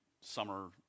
summer